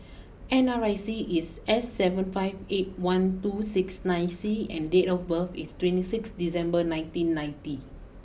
N R I C is S seven five eight one two six nine C and date of birth is twenty six December nineteen ninety